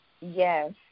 Yes